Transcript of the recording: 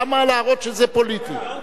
למה להראות שזה פוליטי?